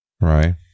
Right